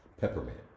Peppermint